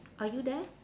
are you there